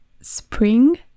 spring